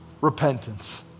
repentance